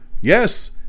yes